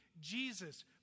Jesus